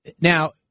Now